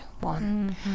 one